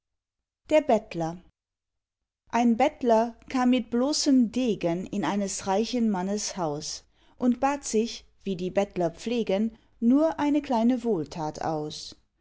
der bettler ein bettler kam mit bloßem degen in eines reichen mannes haus und bat sich wie die bettler pflegen nur eine kleine wohltat aus